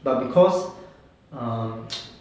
but because(err)